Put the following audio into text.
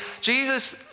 Jesus